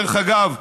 דרך אגב,